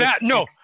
No